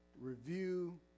review